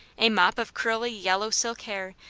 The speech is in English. a mop of curly, yellow silk hair,